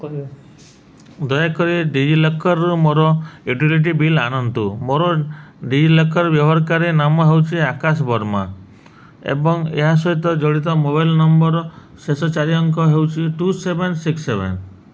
ଦୟାକରି ଡିଜିଲକରରୁ ମୋର ୟୁଟିଲିଟି ବିଲ୍ ଆଣନ୍ତୁ ମୋର ଡିଜିଲକର ବ୍ୟବହାରକାରୀ ନାମ ହେଉଛି ଆକାଶ ବର୍ମା ଏବଂ ଏହା ସହିତ ଜଡ଼ିତ ମୋବାଇଲ୍ ନମ୍ବରରଶେଷ ଚାରି ଅଙ୍କ ହେଉଛି ଟୁ ସେଭନ୍ ସିକ୍ସି ସେଭନ୍